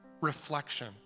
reflection